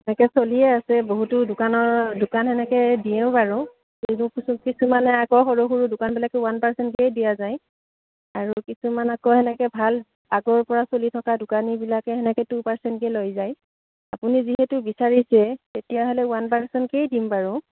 এনেকে চলিয়েই আছে বহুতো দোকানৰ দোকান সেনেকে দিওঁ বাৰু কিছুমানে আকৌ সৰু সৰু দোকানবিলাকে ওৱান পাৰ্চণ্টকেই দিয়া যায় আৰু কিছুমান আকৌ সেনেকে ভাল আগৰ পৰা চলি থকা দোকানীবিলাকে সেনেকে টু পাৰ্চেণ্টকে লৈ যায় আপুনি যিহেতু বিচাৰিছে তেতিয়াহ'লে ওৱান পাৰ্চেণ্টকেই দিম বাৰু